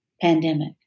pandemic